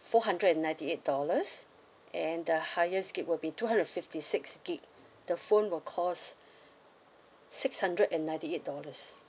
four hundred and ninety eight dollars and the highest gig will be two hundred fifty six gig the phone will cost six hundred and ninety eight dollars